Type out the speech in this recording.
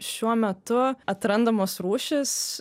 šiuo metu atrandamos rūšys